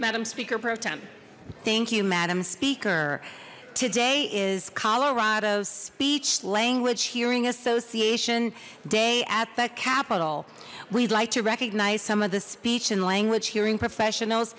madam speaker pro tem thank you madam speaker today is colorado speech language hearing association day at the capitol we'd like to recognize some of the speech and language hearing professionals